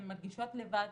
הן מרגישות לבד,